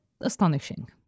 astonishing